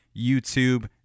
YouTube